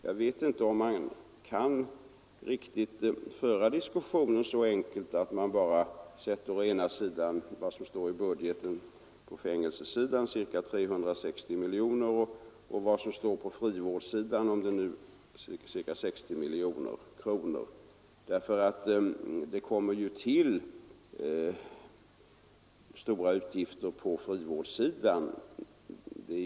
Jag tror inte man kan göra det så lätt för sig att man jämför budgetsumman för fängelseområdet, ca 360 miljoner kronor, med motsvarande summa för frivårdsområdet, dvs. ca 60 miljoner kronor. På frivårdsområdet tillkommer ju stora utgifter.